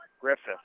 Griffith